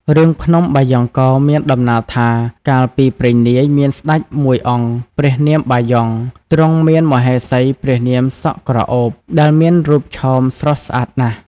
រឿងភ្នំបាយ៉ង់កោមានដំណាលថា កាលពីព្រេងនាយ មានស្តេចមួយអង្គព្រះនាមបាយ៉ង់ ទ្រង់មានមហេសីព្រះនាមសក់ក្រអូប ដែលមានរូបឆោមស្រស់ស្អាតណាស់។